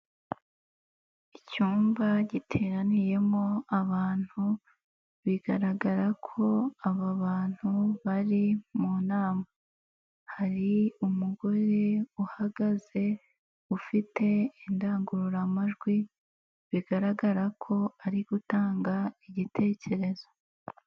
Icyumba giteraniyemo abantu, bigaragara ko aba bantu bari mu nama, hari umugore uhagaze ufite indangururamajwi bigaragara ko ari gutanga igitekerezo.